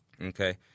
Okay